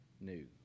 new